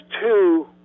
two